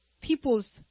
people's